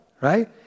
right